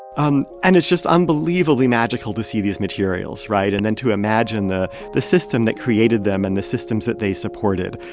um and it's just unbelievably magical to see these materials right? and then to imagine the the system that created them and the systems that they supported.